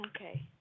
Okay